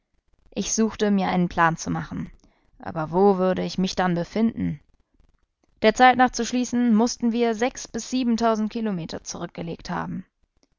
ich suchte mir einen plan zu machen aber wo würde ich mich dann befinden der zeit nach zu schließen mußten wir sechs bis siebentausend kilometer zurückgelegt haben